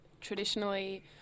traditionally